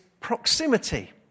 Proximity